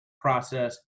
process